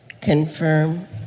confirm